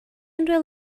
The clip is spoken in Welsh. unrhyw